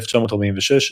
1946,